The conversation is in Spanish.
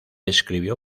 escribió